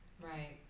Right